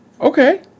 Okay